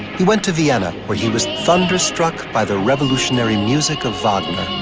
he went to vienna, where he was thunderstruck by the revolutionary music of wagner.